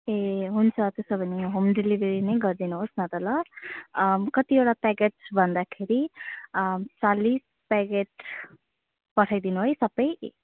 ए हुन्छ त्यसो भने होम डेलिभरी नै गरिदिनुहोस् न त ल कतिवटा प्याकेटस् भन्दाखेरि चालिस प्याकेट पठाइदिनु है सबै